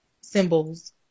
symbols